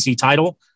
title